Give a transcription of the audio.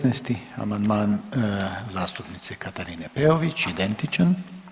19. amandman zastupnice Katarine Peović, identičan.